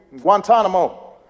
Guantanamo